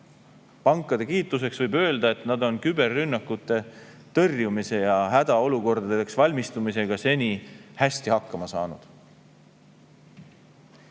Pankade kiituseks võib öelda, et nad on küberrünnakute tõrjumise ja hädaolukordadeks valmistumisega seni hästi hakkama saanud.